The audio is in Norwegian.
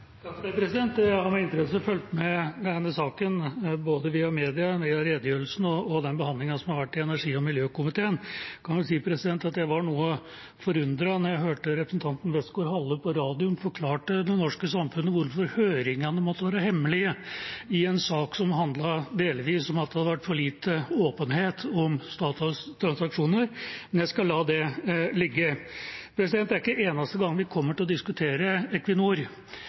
har med interesse fulgt med på denne saken, via både media, redegjørelsen og den behandlingen som har vært i energi- og miljøkomiteen. Jeg kan vel si at jeg ble noe forundret da jeg hørte representanten Westgaard-Halle på radio forklare det norske samfunnet hvorfor høringene måtte være hemmelige, i en sak som delvis handlet om at det hadde vært for lite åpenhet om Statoils transaksjoner. Men jeg skal la det ligge. Dette er ikke den eneste gangen vi kommer til å diskutere